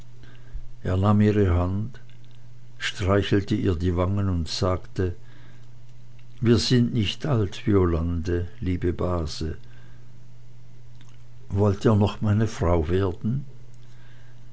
ihre hand streichelte ihr die wangen und sagte wir sind nicht alt violande liebe base wollt ihr noch meine frau werden